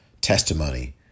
testimony